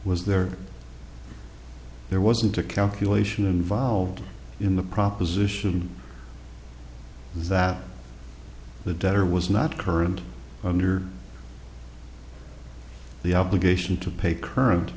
was there there wasn't a calculation involved in the proposition that the debtor was not current under the obligation to pay current